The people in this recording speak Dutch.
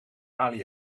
ali